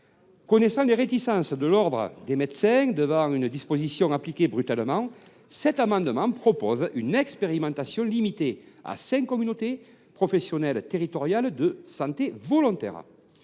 Connaissant les réticences de l’ordre des médecins devant une disposition appliquée brutalement, cet amendement vise à proposer une expérimentation limitée à cinq communautés professionnelles territoriales de santé (CPTS) volontaires.